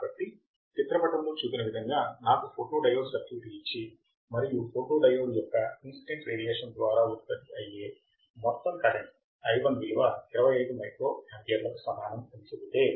కాబట్టి చిత్రపటము లో చూపిన విధంగా నాకు ఫోటోడయోడ్ సర్క్యూట్ ఇచ్చి మరియు ఫోటోడయోడ్ యొక్క ఇన్సిడెంట్ రేడియేషన్ ద్వారా ఉత్పత్తి అయ్యే మొత్తం కరెంట్ i1 విలువ 25 మైక్రో యామ్పియర్లకు సమానం అని చెబితే